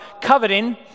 coveting